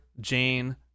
Jane